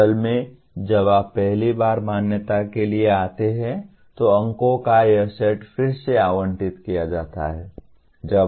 असल में जब आप पहली बार मान्यता के लिए आते हैं तो अंकों का यह सेट फिर से आवंटित किया जाता है